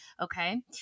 Okay